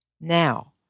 Now